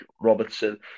Robertson